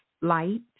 Light